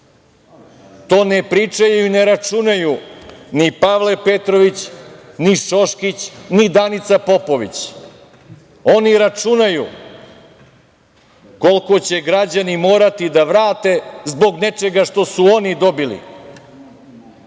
ne pričaju i ne računaju ni Pavle Petrović, ni Šoškić, ni Danica Popović. Oni računaju koliko će građani morati da vrate zbog nečega što su oni dobili.